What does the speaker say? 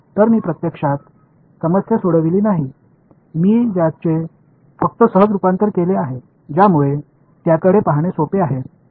तर मी प्रत्यक्षात समस्या सोडविली नाही मी त्याचे फक्त सहज रुपांतर केले आहे ज्यामुळे त्याकडे पहाणे सोपे आहे